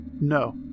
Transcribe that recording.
No